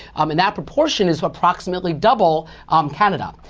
and that proportion is approximately double um canada.